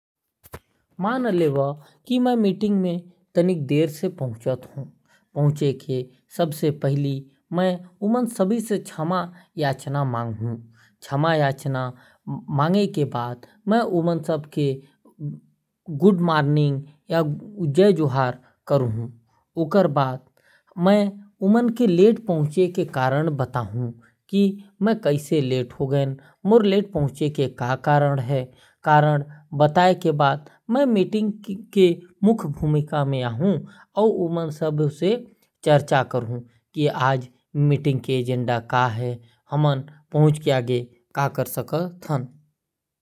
कहीं मीटिंग में मैं लेट से पहुंचे तो मैं क्षमा मांगू और सब ला लेट होए के कारण बता हूं और सब ल जय जोहार बोलके मीटिंग ला ज्वाइन करहूं और सब से चर्चा करहूं और मुख्य एजेंडा ल लेकर बात करहूं।